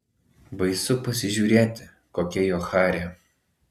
baisu pasižiūrėti kokia jo charė